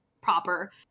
proper